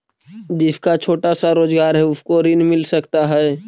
जिसका छोटा सा रोजगार है उसको ऋण मिल सकता है?